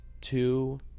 two